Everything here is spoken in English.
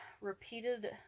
repeated